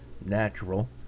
natural